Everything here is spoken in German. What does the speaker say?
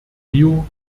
rio